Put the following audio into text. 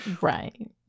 Right